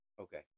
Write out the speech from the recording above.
Okay